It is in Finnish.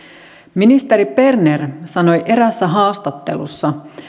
ministeri berner sanoi eräässä haastattelussa